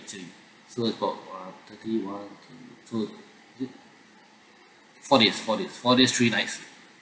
actually so it's about one thirty one two to is it four days four days four days three nights